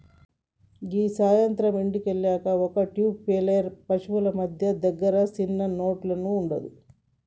గీ సాయంత్రం ఇంటికి వెళ్తే ఒక ట్యూబ్ ప్లేయర్ పశువుల మంద దగ్గర సిన్న నోట్లను ఊదాడు